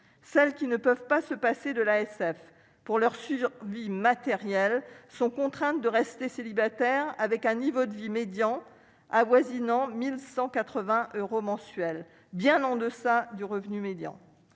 celles qui ne peuvent pas se passer de l'ASF pour leur survie matérielle sont contraintes de rester célibataire avec un niveau de vie médian avoisinant 1180 euros mensuels bien en-deçà du revenu médian,